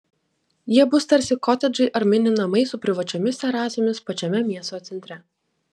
jie bus tarsi kotedžai ar mini namai su privačiomis terasomis pačiame miesto centre